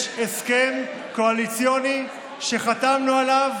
יש הסכם קואליציוני שחתמנו עליו,